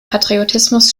patriotismus